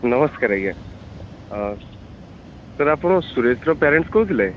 ନମସ୍କାର ଆଜ୍ଞା ସାର ଆପଣ ସୁରେଶର ପ୍ୟାରେଣ୍ଟସ କହୁଥିଲେ